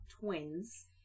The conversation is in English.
twins